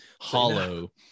hollow